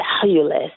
valueless